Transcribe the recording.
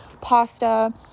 pasta